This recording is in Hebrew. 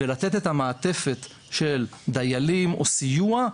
ולתת את המעטפת של דיילים או סיוע,